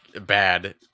bad